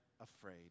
afraid